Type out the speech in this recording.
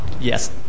Yes